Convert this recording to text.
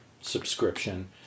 subscription